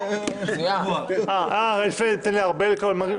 האיחוד הלאומי.